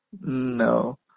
No